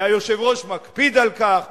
כי היושב-ראש מקפיד על כך,